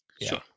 sure